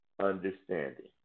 understanding